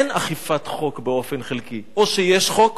אין אכיפת חוק באופן חלקי, או שיש חוק